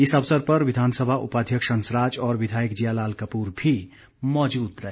इस अवसर पर विधानसभा उपाध्यक्ष हंसराज और विधायक जियालाल कपूर भी मौजूद रहे